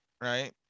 right